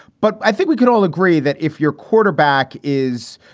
but i think we can all agree that if your quarterback is,